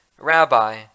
Rabbi